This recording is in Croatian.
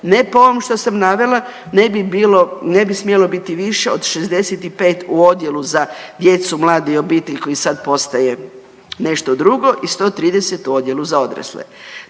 ne po ovom što sam navela ne bi bilo, ne bi smjelo biti više od 65 u odjelu za djecu, mlade i obitelj koji sad postaje nešto drugo i 130 u odjelu za odrasle.